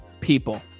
people